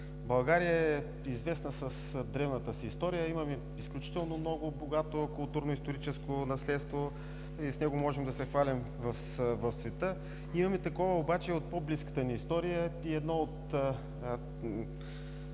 България е известна с древната си история. Имаме изключително богато културно-историческо наследство и с него можем да се хвалим в света. Имаме такова обаче и в по-близката ни история и една от